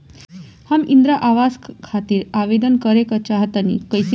हम इंद्रा आवास खातिर आवेदन करे क चाहऽ तनि कइसे होई?